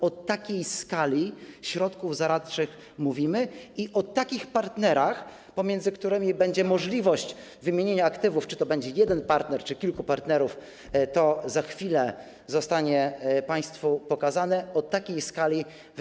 O takiej skali środków zaradczych mówimy i o takich partnerach, pomiędzy którymi będzie możliwość wymienienia aktywów - czy to będzie jeden partner, czy kilku partnerów, to za chwilę zostanie państwu pokazane - i współpracy.